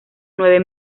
nueve